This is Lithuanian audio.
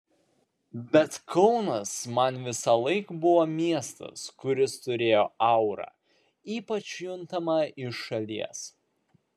bet kaunas man visąlaik buvo miestas kuris turėjo aurą ypač juntamą iš šalies